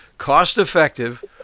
cost-effective